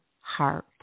heart